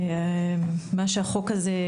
מה שהחוק הזה,